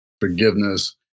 forgiveness